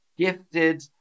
gifted